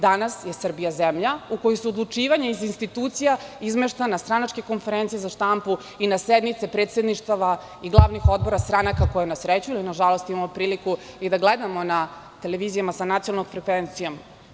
Danas je Srbija zemlja u kojoj su odlučivanja iz institucija izmeštena na stranačke konferencije za štampu i na sednice predsedništava i glavnih odbora stranaka koje, na sreću ili na žalost, imamo priliku i da gledamo na televizijama sa nacionalnom frekvencijom.